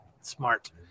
smart